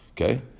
Okay